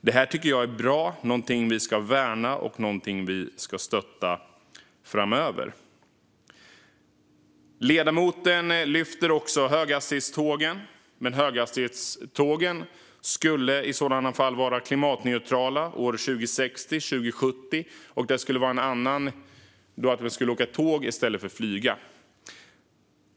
Det här tycker jag är bra. Det är någonting vi ska värna och stötta framöver. Ledamoten lyfter fram höghastighetstågen. Men höghastighetstågen skulle vara klimatneutrala år 2060 eller 2070, och det handlar om att vi skulle åka tåg i stället för att flyga.